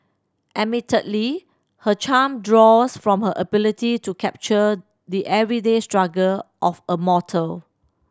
admittedly her charm draws from her ability to capture the everyday struggle of a mortal